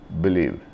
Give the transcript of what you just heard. believe